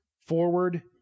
forward